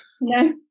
No